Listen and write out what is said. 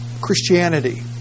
Christianity